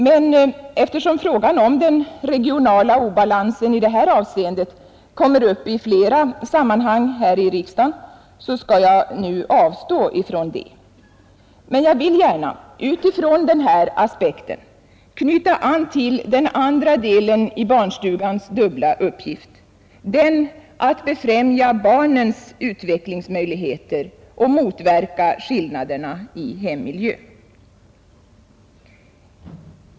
Men eftersom frågan om den regionala obalansen i det här avseendet kommer upp i flera sammanhang i riksdagen, skall jag nu avstå från det. Jag vill emellertid gärna, utifrån den här aspekten, knyta an till den andra delen i barnstugans dubbla uppgift — den att befrämja barnens utvecklingsmöjligheter och motverka skillnaderna i hemmiljö.